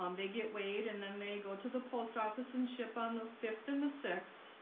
um they get weighed and then they go to the post office and ship on the fifth and the sixth